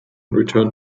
returned